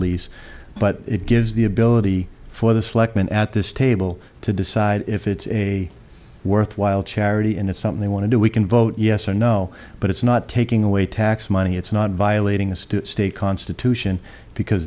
lease but it gives the ability for the selectmen at this table to decide if it's a worthwhile charity and it's something they want to do we can vote yes or no but it's not taking away tax money it's not violating the state constitution because